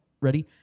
ready